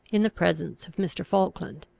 in the presence of mr. falkland.